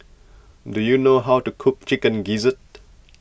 do you know how to cook Chicken Gizzard